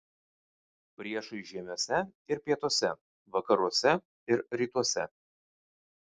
priešai žiemiuose ir pietuose vakaruose ir rytuose